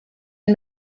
and